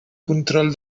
control